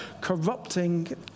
corrupting